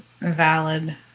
valid